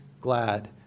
glad